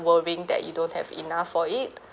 worrying that you don't have enough for it